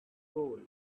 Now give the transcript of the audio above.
goal